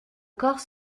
corps